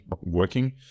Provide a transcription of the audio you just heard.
working